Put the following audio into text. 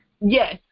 Yes